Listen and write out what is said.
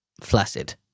flaccid